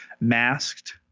Masked